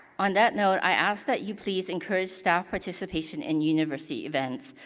on that note, i ask that you please encourage staff participation in university events.